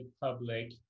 public